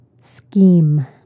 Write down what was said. Scheme